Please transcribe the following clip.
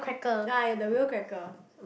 ah the whale cracker